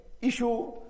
issue